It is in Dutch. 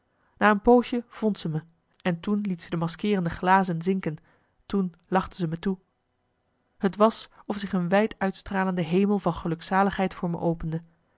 na een poosje vond ze me en toen liet ze de maskeerende glazen zinken toen lachte ze me toe t was of zich een wijd uitstralende hemel van gelukzaligheid voor me opende